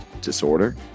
disorder